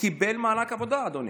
קיבל מענק עבודה, אדוני.